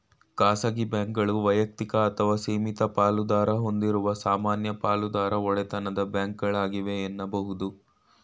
ಖಾಸಗಿ ಬ್ಯಾಂಕ್ಗಳು ವೈಯಕ್ತಿಕ ಅಥವಾ ಸೀಮಿತ ಪಾಲುದಾರ ಹೊಂದಿರುವ ಸಾಮಾನ್ಯ ಪಾಲುದಾರ ಒಡೆತನದ ಬ್ಯಾಂಕ್ಗಳಾಗಿವೆ ಎನ್ನುಬಹುದು